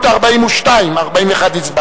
קבוצת סיעת חד"ש,